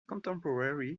contemporary